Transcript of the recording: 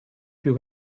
più